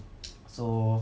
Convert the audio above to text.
so